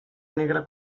negra